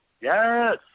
Yes